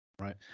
Right